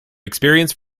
experience